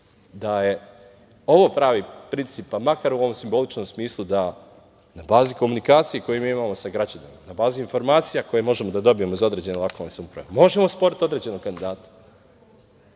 da je ovo pravi princip, pa makar u ovom simboličnom smislu da na bazi komunikacije koju mi imamo sa građanima, na bazi informacija koje možemo da dobijemo iz određene lokalne samouprave, možemo sporiti određenog kandidata.